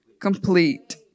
complete